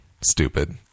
stupid